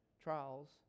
trials